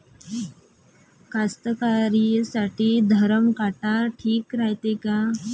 कास्तकाराइसाठी धरम काटा ठीक रायते का?